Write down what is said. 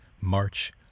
march